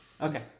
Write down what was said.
Okay